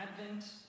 Advent